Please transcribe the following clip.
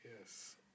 Yes